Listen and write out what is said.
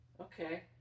Okay